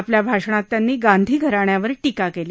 आपल्या भाषणात त्यांनी गांधी घराण्यावर टीका केली